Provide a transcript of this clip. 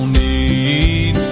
need